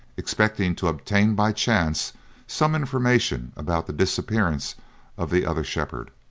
expecting to obtain by chance some information about the disappearance of the other shepherd.